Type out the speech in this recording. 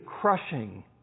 crushing